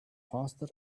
faster